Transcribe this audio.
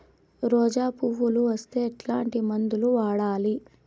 రోజా పువ్వులు వస్తే ఎట్లాంటి మందులు వాడాలి?